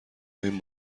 این